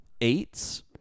eights